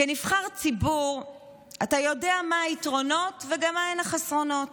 כנבחר ציבור אתה יודע מה היתרונות וגם מהם החסרונות.